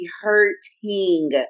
hurting